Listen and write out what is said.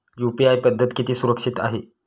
UPI पद्धत किती सुरक्षित आहे?